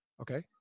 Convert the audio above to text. Okay